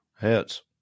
Hits